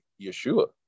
Yeshua